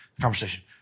conversation